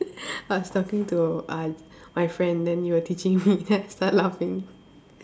I was talking to uh my friend then you were teaching me then I start laughing